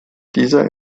dieser